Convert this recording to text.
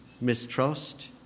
mistrust